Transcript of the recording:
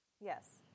Yes